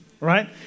right